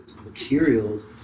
materials